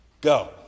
go